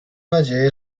nadzieję